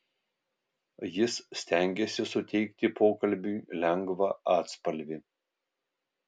jis stengėsi suteikti pokalbiui lengvą atspalvį